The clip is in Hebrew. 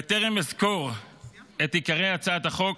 בטרם אסקור את עיקרי הצעת החוק,